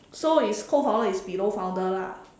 so it's co founder is below founder lah